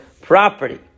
property